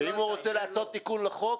אם הוא רוצה לעשות תיקון לחוק,